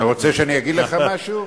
אתה רוצה שאני אגיד לך משהו?